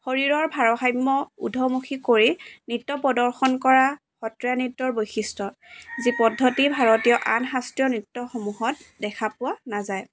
শৰীৰৰ ভাৰসাম্য উধমুখী কৰি নৃত্য প্ৰদৰ্শন কৰা সত্ৰীয়া নৃত্যৰ বৈশিষ্ট্য যি পদ্ধতি ভাৰতীয় আন শাস্ত্ৰীয় নৃত্যসমূহত দেখা পোৱা নাযায়